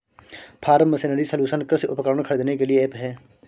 form machinery solution कृषि उपकरण खरीदने के लिए ऐप है